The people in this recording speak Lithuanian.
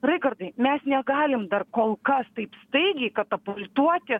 raigardai mes negalim dar kol kas taip staigiai katapultuoti